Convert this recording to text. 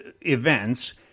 events